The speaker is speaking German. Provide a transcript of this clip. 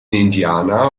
indiana